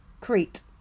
Crete